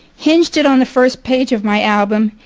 hinged it on the first page of my album,